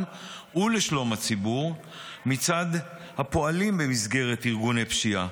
ועל שלום הציבור מצד הפועלים במסגרת ארגוני פשיעה,